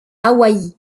hawaï